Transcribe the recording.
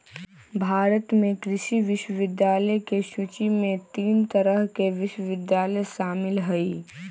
भारत में कृषि विश्वविद्यालय के सूची में तीन तरह के विश्वविद्यालय शामिल हई